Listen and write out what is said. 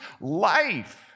life